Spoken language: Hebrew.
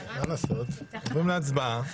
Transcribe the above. נעבור להצבעה.